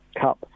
Cup